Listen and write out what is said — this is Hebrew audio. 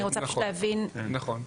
נכון.